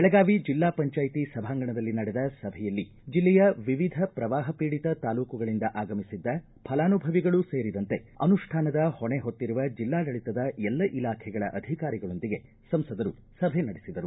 ಬೆಳಗಾವಿ ಜಿಲ್ಲಾ ಪಂಚಾಯ್ತಿ ಸಭಾಂಗಣದಲ್ಲಿ ನಡೆದ ಸಭೆಯಲ್ಲಿ ಜಿಲ್ಲೆಯ ವಿವಿಧ ಪ್ರವಾಹ ಪೀಡಿತ ತಾಲೂಕುಗಳಿಂದ ಆಗಮಿಸಿದ್ದ ಫಲಾನುಭವಿಗಳೂ ಸೇರಿದಂತೆ ಅನುಷ್ಠಾನದ ಹೊಣೆಹೊತ್ತಿರುವ ಜಿಲ್ಲಾಡಳಿತದ ಎಲ್ಲ ಇಲಾಖೆಗಳ ಅಧಿಕಾರಿಗಳೊಂದಿಗೆ ಸಂಸದರು ಸಭೆ ನಡೆಸಿದರು